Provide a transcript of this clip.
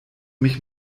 mich